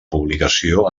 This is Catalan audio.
publicació